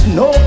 no